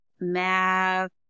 Math